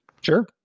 Sure